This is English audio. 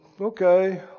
Okay